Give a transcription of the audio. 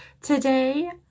Today